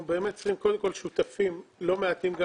אנחנו באמת צריכים קודם כל שותפים לא מעטים גם